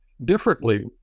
differently